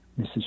Mrs